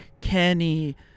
Kenny